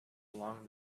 along